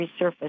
resurface